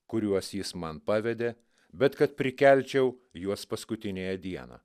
kuriuos jis man pavedė bet kad prikelčiau juos paskutiniąją dieną